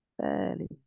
fairly